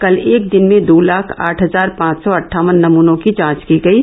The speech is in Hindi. कल एक दिन में दो लाख आठ हजार पांच सौ अट्ठावन नमूनों की जांच की गयी